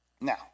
Now